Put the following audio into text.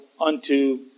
unto